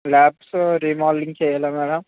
labs remodelling చేయాలా equipment